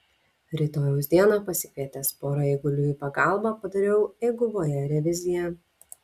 rytojaus dieną pasikvietęs pora eigulių į pagalbą padariau eiguvoje reviziją